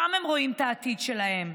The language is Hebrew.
שם הם רואים את העתיד שלהם.